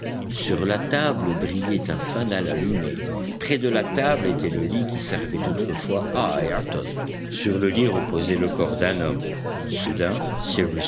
sur la table brillait un fanal allumé près de la table était le lit qui servait autrefois à ayrton sur le lit reposait le corps d'un homme soudain